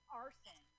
arson